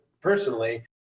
personally